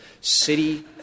city